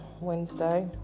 Wednesday